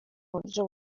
uburyo